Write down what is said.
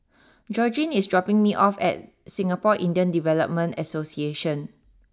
Georgine is dropping me off at Singapore Indian Development Association